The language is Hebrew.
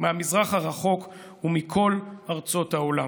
מהמזרח הרחוק ומכל ארצות העולם.